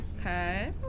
Okay